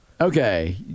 Okay